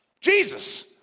Jesus